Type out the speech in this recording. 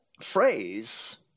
phrase